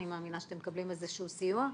אני מאמינה שאתם מקבלים איזה שהוא סיוע,